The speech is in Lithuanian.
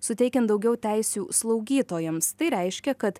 suteikiant daugiau teisių slaugytojams tai reiškia kad